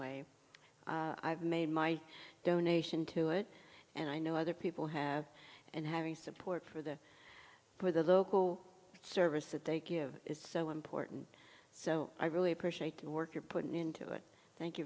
way i've made my donation to it and i know other people have and having support for the poor the service that they give is so important so i really appreciate the work you're putting into it thank you